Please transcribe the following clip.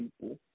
people